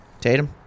Tatum